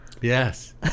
Yes